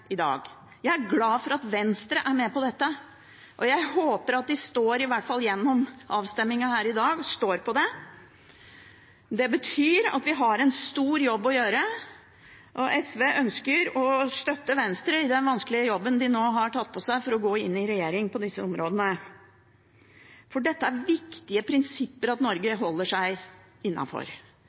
i dag. Jeg er glad for at Venstre er med på dette, og jeg håper at de i hvert fall gjennom avstemningen her i dag står på det. Det betyr at vi har en stor jobb å gjøre. SV ønsker å støtte Venstre i den vanskelige jobben de nå har tatt på seg ved å gå inn i regjering på disse områdene, for dette er viktige prinsipper for Norge å holde seg